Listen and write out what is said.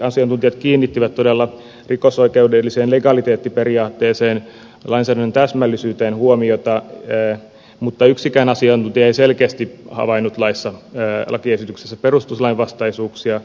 valtiosääntöoikeudelliset asiantuntijat kiinnittivät todella rikosoikeudelliseen legaliteettiperiaatteeseen ja lainsäädännön täsmällisyyteen huomiota mutta yksikään asiantuntija ei selkeästi havainnut lakiesityksessä perustuslainvastaisuuksia